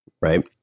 right